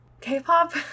K-pop